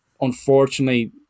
unfortunately